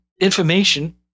information